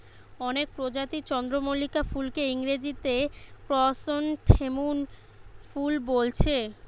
অনেক প্রজাতির চন্দ্রমল্লিকা ফুলকে ইংরেজিতে ক্র্যাসনথেমুম ফুল বোলছে